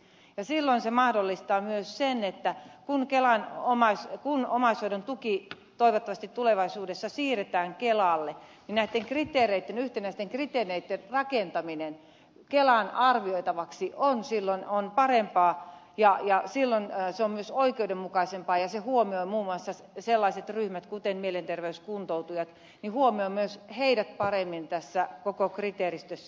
silloin se mahdollistaa myös sen että kun omaishoidon tuki toivottavasti tulevaisuudessa siirretään kelalle niin näitten yhtenäisten kriteereitten rakentaminen kelan arvioitavaksi on silloin parempaa ja silloin se on myös oikeudenmukaisempaa ja se huomioi muun muassa sellaiset ryhmät kuten mielenterveyskuntoutujat huomioi myös heidät paremmin tässä koko kriteeristössä